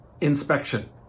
inspection